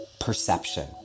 perception